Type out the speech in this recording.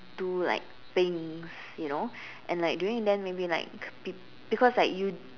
do like things you know and like during then maybe like be~ because like you